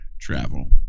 travel